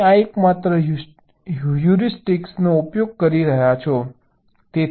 તમે આ એકમાત્ર હ્યુરિસ્ટિકનો ઉપયોગ કરી રહ્યા છો